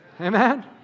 Amen